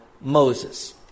Moses